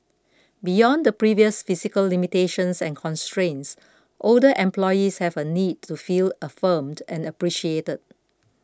beyond the previous physical limitations and constraints older employees have a need to feel affirmed and appreciated